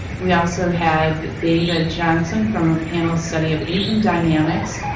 we also have david johnson from a panel study of income dynamics,